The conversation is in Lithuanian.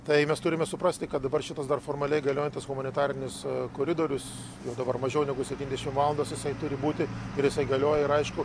tai mes turime suprasti kad dabar šitas dar formaliai galiojantis humanitarinis koridorius jau dabar mažiau negu septyndešim valandas jisai turi būti ir jisai galioja ir aišku